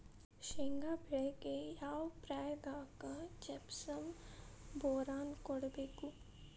ಶೇಂಗಾ ಬೆಳೆಗೆ ಯಾವ ಪ್ರಾಯದಾಗ ಜಿಪ್ಸಂ ಬೋರಾನ್ ಕೊಡಬೇಕು?